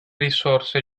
risorse